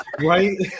Right